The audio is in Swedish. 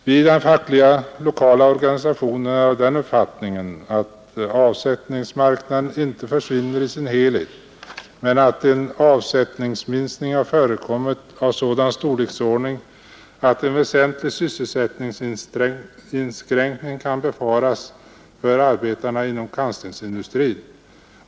Vi i den fackliga lokala organisationen är av den uppfattningen att avsättningsmarknaden inte försvinner i sin helhet men att en avsättningsminskning har förekommit av sådan storleksordning att en väsentlig sysselsättningsinskränkning kan befaras för arbetarna inom kantstensindustrin.